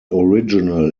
original